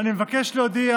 אני מבקש להודיע